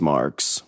Marks